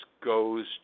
goes